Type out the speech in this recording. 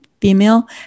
Female